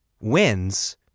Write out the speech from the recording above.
wins